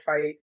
fight